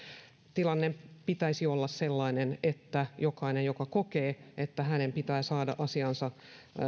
tilanteen pitäisi olla sellainen että jokainen joka kokee että hänen pitää saada asiansa